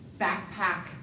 backpack